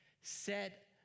set